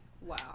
Wow